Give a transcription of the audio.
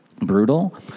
brutal